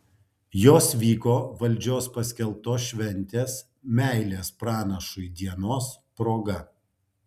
jos vyko valdžios paskelbtos šventės meilės pranašui dienos proga